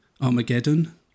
Armageddon